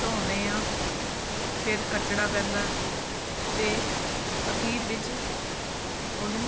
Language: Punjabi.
ਧੋਂਦੇ ਹਾਂ ਫਿਰ ਕੱਟਣਾ ਪੈਂਦਾ ਅਤੇ ਅਖੀਰ ਵਿੱਚ ਉਹਨੂੰ